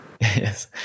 yes